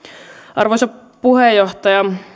arvoisa puheenjohtaja